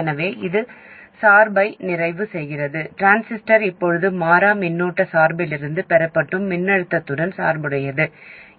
எனவே இது சார்பை நிறைவு செய்கிறது டிரான்சிஸ்டர் இப்போது மாறா மின்னோட்ட சார்பிலிருந்து பெறப்படும் மின்னழுத்தத்துடன் சார்புடையது